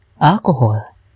alcohol